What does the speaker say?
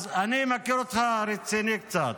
אז אני מכיר אותך רציני קצת,